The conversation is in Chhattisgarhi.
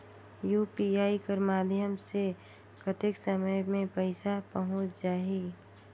यू.पी.आई कर माध्यम से कतेक समय मे पइसा पहुंच जाहि?